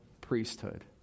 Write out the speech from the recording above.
priesthood